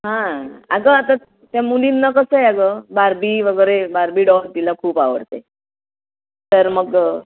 हां अगं आता त्या मुलींना कसं आहे गं बारबी वगैरे बारबी डॉल तिला खूप आवडते तर मग